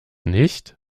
nicht